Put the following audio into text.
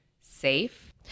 safe